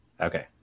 Okay